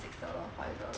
six dollar five dollar